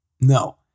No